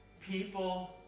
People